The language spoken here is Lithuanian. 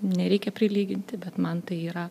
nereikia prilyginti bet man tai yra